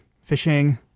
fishing